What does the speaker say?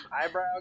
eyebrow